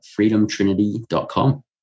freedomtrinity.com